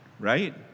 Right